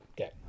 Okay